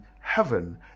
heaven